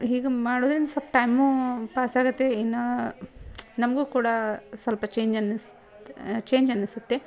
ಹೀಗೆ ಮಾಡೋದ್ರಿಂದ ಸ್ವಲ್ಪ ಟೈಮೂ ಪಾಸಾಗುತ್ತೆ ಇನ್ನು ನಮಗೂ ಕೂಡ ಸ್ವಲ್ಪ ಚೇಂಜ್ ಅನಿಸ್ತ್ ಚೇಂಜ್ ಅನ್ನಿಸುತ್ತೆ